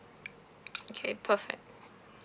okay perfect